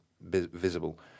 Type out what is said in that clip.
visible